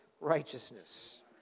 righteousness